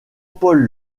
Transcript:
paul